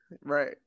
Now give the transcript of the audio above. right